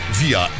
via